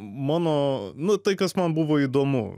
mano nu tai kas man buvo įdomu